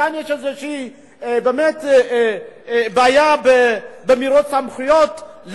כאן יש באמת איזושהי בעיה במירוץ סמכויות.